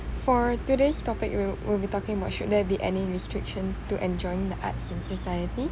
for today's topic we'll we'll be talking about should there be any restriction to enjoying the arts in society